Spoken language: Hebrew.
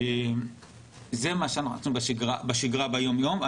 זה מה שאנחנו עושים בשגרה, ביום-יום.